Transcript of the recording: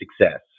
success